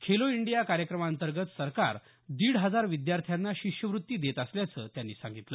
Khelo India कार्यक्रमांतर्गत सरकार दीड हजार विद्यार्थ्यांना शिष्यवृत्ती देत असल्याचं त्यांनी सांगितलं